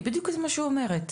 זה בדיוק מה שהיא אומרת,